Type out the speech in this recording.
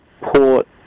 Port